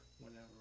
whenever